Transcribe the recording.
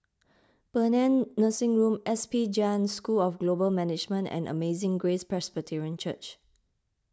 Paean Nursing Rome S P Jain School of Global Management and Amazing Grace Presbyterian Church